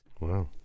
Wow